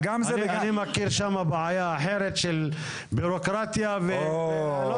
אני מכיר שמה בעיה אחרת של בירוקרטיה ולא